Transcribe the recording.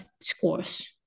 scores